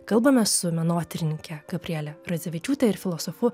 kalbame su menotyrininke gabriele radzevičiūte ir filosofu